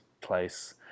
place